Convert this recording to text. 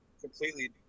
completely